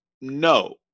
no